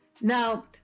Now